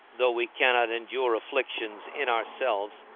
though we cannot endure afflictions in ourselves,